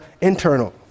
internal